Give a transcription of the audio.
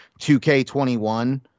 2K21